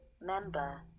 member